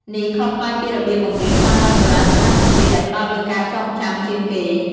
នេះខុសប្លែកពីរបៀបបង្រៀនតាមបែបបុរាណនៅកម្ពុជា ដែលផ្តោតលើការចងចាំជាងគេ។